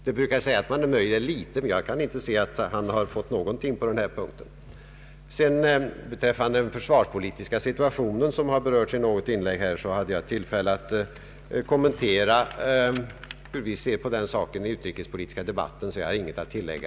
Det brukar sägas att man är nöjd med litet, men jag kan inte se att han har fått något på denna punkt. Vad den försvarspolitiska situationen som berörts i något inlägg här beträffar hade jag tillfälle att i den utrikespolitiska debatten kommentera hur vi ser på den saken. Jag har intet att tillägga.